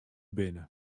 binne